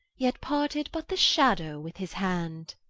yet parted but the shadow with his hand.